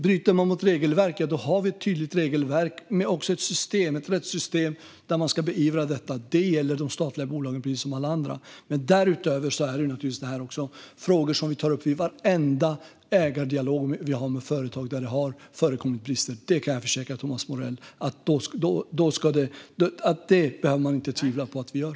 Bryter man mot regelverk har vi ett rättssystem där detta ska beivras, och det gäller de statliga bolagen likaväl som alla andra. Därutöver är detta frågor som vi tar upp vid varenda ägardialog med företag där det har förekommit brister. Jag kan försäkra Thomas Morell om att det behöver ingen tvivla på att vi gör.